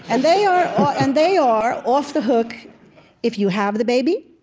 and they are and they are off the hook if you have the baby.